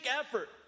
effort